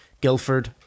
Guildford